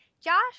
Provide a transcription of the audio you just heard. Josh